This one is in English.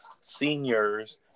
seniors